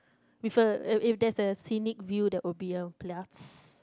with a if if there's a scenic view that will be a blast